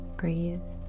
breathe